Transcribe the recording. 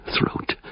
throat